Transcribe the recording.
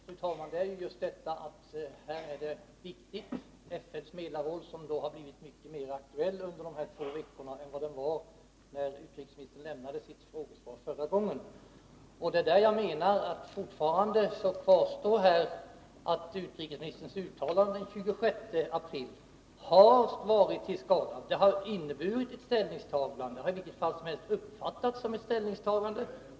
Fru talman! FN:s medlarroll har blivit mycket mer aktuell under dessa två veckor än vad den var när utrikesministern lämnade sitt frågesvar förra gången. Fortfarande kvarstår att utrikesministerns uttalande den 26 april har varit till skada. Det har inneburit ett ställningstagande eller i varje fall som helst uppfattats som ett ställningstagande.